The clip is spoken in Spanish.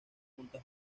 punta